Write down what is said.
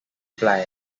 ply